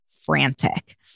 frantic